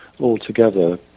altogether